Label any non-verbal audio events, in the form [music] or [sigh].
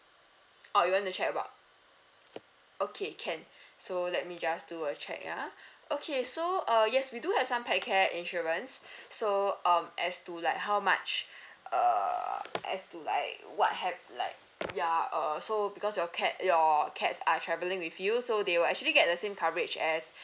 oh you want to check about okay can so let me just do a check ah okay so uh yes we do have some pet care insurance [breath] so um as to like how much err as to like what have like ya err so because your cat your cats are travelling with you so they will actually get the same coverage as